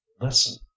Listen